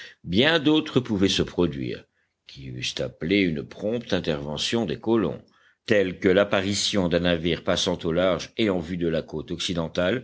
bien d'autres pouvaient se produire qui eussent appelé une prompte intervention des colons tels que l'apparition d'un navire passant au large et en vue de la côte